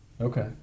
Okay